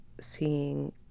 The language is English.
seeing